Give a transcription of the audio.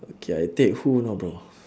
okay I take who you know bro